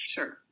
Sure